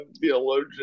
theologian